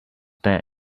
that